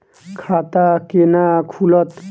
खाता केना खुलत?